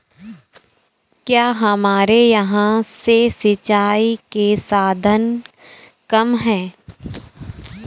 क्या हमारे यहाँ से सिंचाई के साधन कम है?